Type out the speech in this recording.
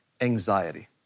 anxiety